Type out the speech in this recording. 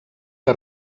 que